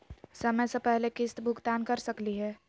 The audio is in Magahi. समय स पहले किस्त भुगतान कर सकली हे?